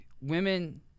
women